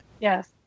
Yes